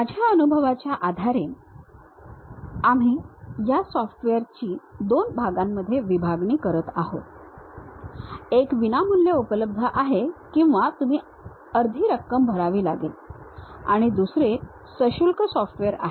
माझ्या अनुभवाच्या आधारे आम्ही या सॉफ्टवेअरची दोन भागांमध्ये विभागणी करत आहोत एक विनामूल्य उपलब्ध आहे किंवा तुम्ही अर्धी रक्कम भरावी लागेल आणि दुसरे सशुल्क सॉफ्टवेअर आहे